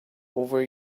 over